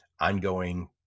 ongoing